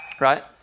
Right